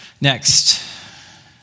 Next